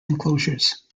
enclosures